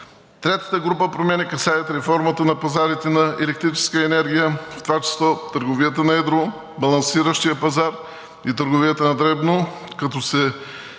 Третата група промени касаят реформата на пазарите на електрическа енергия, в това число търговията на едро, балансиращия пазар и търговията на дребно, като предвижда